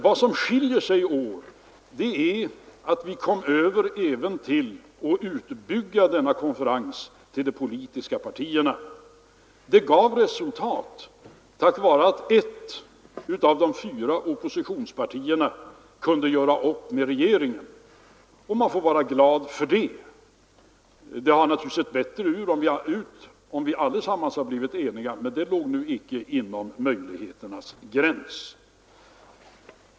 Vad som skiljer sig i år är att vi utbyggt dessa konferenser till att omfatta även de politiska partierna. Det gav resultat tack vare att ett av de fyra oppositionspartierna kunde göra upp med regeringen, och man får vara glad för det. Det hade naturligtvis sett bättre ut om vi allesammans hade varit eniga, men det låg nu inte inom möjligheternas gräns.